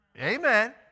Amen